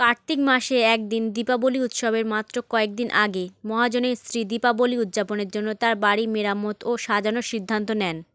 কার্তিক মাসে এক দিন দীপাবলি উৎসবের মাত্র কয়েক দিন আগে মহাজনের স্ত্রী দীপাবলি উদযাপনের জন্য তার বাড়ি মেরামত ও সাজানোর সিদ্ধান্ত নেন